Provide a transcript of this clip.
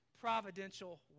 providential